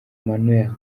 manuel